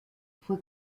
fue